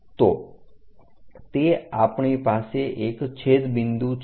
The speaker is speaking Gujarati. તો તે આપણી પાસે એક છેદ બિંદુ છે